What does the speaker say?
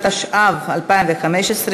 התשע"ו 2015,